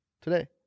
today